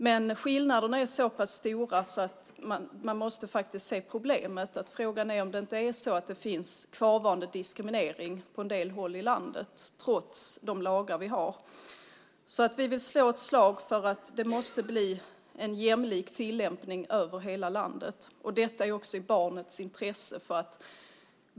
Men skillnaderna är så pass stora att vi faktiskt måste se problemet, och frågan är om det inte finns kvarvarande diskriminering på en del håll i landet, trots de lagar vi har. Vi vill slå ett slag för att det måste bli en jämlik tillämpning över hela landet. Detta är också i barnens intresse.